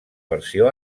versió